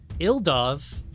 Ildov